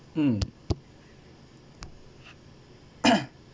mm